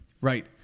Right